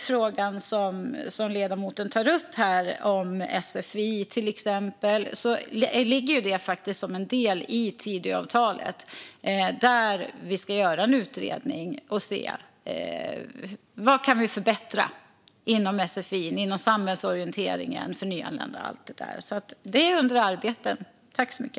Frågan som ledamoten tog upp - sfi - är faktiskt en del av Tidöavtalet. Vi ska låta göra en utredning och se vad vi kan förbättra inom sfi, samhällsorienteringen för nyanlända och allt det där. Det är under arbete.